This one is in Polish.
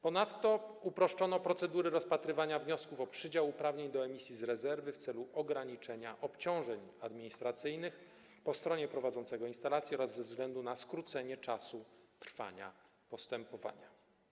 Ponadto uproszczono procedury rozpatrywania wniosków o przydział uprawnień do emisji z rezerwy w celu ograniczenia obciążeń administracyjnych po stronie prowadzącego instalacje oraz ze względu na skrócenie czasu trwania postępowania.